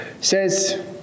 says